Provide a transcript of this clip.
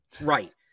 Right